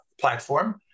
platform